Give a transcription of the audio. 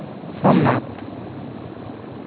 Somnath